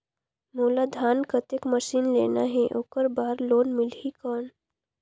मोला धान कतेक मशीन लेना हे ओकर बार लोन मिलही कौन?